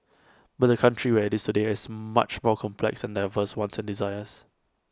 but the country where IT is today has much more complex and diverse wants and desires